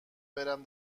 برم